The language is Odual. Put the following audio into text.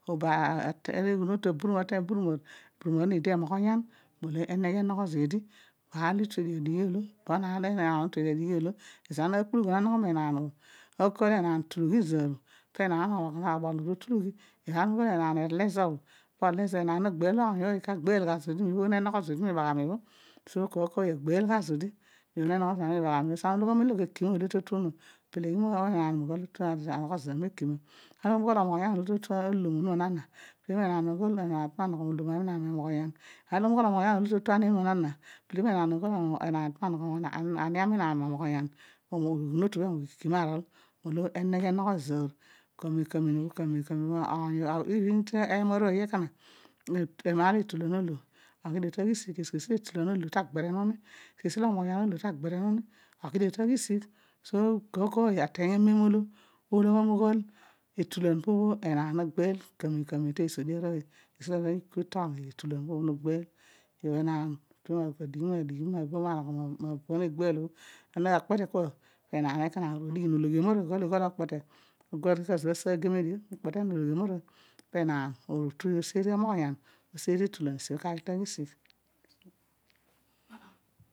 Obo ateeny aghunotu aburumor aburumor odi needi emoghon mulo eneghe enogho zeedi par olo utue dio odigh olo, bebe apu olu enaan otuedio adighi olo ezo bho ana na akpulughu na nogho me enaan obho no kol enaan tulighi ze zoor pe naan obol oru o tulughi ezo ama na ava molo enaan katulughi zeena obho pezo odi ta tulughi na kamem kamen so, kooy agheel gha zodi maar olo na nogho zina mi ihaghani, suo ana uloghom ughol ekima olo to tu onuma, peleghi zodi enaan aghol tue ma anogho ezoor meekima ka ana ughol omoghonyan olo totu olom onuma na na, peleghi me enaan aghol enaan tue ma nogho molom ami nami moghonyan oh, ana ughol omoghonyan olo ta ani onuma nana, peleghi meenaan, eghunotu oba ekima arol eneghe enogho zoor zoor la amen kame n even teema arooy ekona enaan tue ma digh manogho mabo bho negbeel obho pe enaan ekona uru odighi podi okpete po oru kezo bho asumuageme, pe enaan oru oseeri omoghoyan oseeri etulan, esi bho tah ghi ta ghisigh.